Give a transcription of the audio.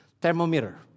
thermometer